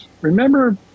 Remember